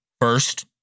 first